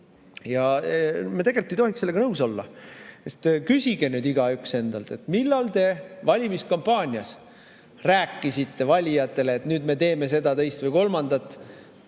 on. Me tegelikult ei tohiks sellega nõus olla. Sest küsige nüüd igaüks endalt, millal te valimiskampaanias rääkisite valijatele, et nüüd me teeme seda, teist või kolmandat.